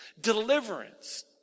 deliverance